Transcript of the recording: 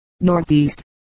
Northeast